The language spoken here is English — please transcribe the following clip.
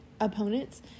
opponents